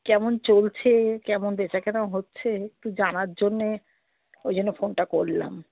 কেমন চলছে কেমন বেচা কেনা হচ্ছে একটু জানার জন্যে ওই জন্য ফোনটা করলাম